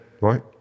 right